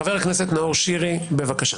חבר הכנסת נאור שירי, בבקשה.